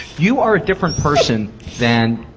you are a different person than,